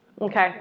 okay